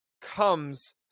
comes